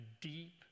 deep